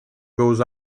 goes